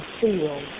feel